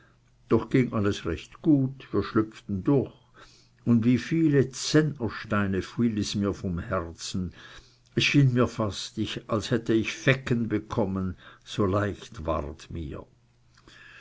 doch ging alles recht gut wir schlüpften durch und wie viele zentnersteine fiel es mir vom herzen es schien mir fast als hätte ich fecken bekommen so leicht ward mir